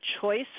choice